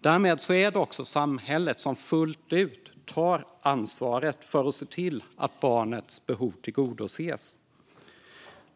Därmed är det också samhället som fullt ut tar ansvaret för att se till att barnets behov tillgodoses.